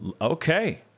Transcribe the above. Okay